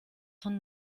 von